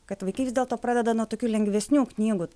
kad vaikai vis dėlto pradeda nuo tokių lengvesnių knygų